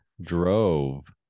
drove